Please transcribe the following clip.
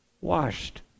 washed